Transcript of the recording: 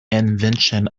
invention